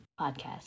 Podcast